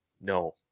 No